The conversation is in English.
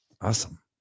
Awesome